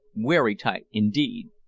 werry tight indeed.